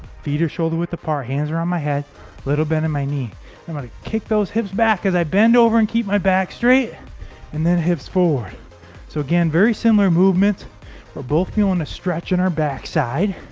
feet are shoulder-width apart hands are on my head little bend in my knee i'm gonna kick those hips back as i bend over and keep my back straight and then hips forward so again very similar movement we're both feeling a stretch in our back side